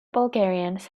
bulgarians